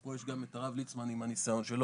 יש פה גם את הרב ליצמן עם הניסיון שלו.